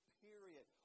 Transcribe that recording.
period